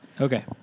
okay